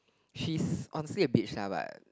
she's honestly a bitch ah but